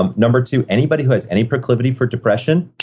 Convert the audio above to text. um number two, anybody who has any proclivity for depression,